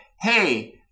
Hey